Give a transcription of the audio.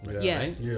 Yes